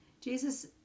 jesus